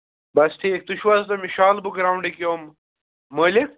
بَس ٹھیٖک تُہۍ چھُو حظ تٔمِس شال بُک گرٛاونٛڈٕکۍ یِم مٲلِک